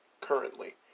currently